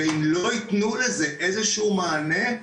ואם לא ייתנו לזה איזה שהוא מענה,